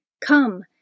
Come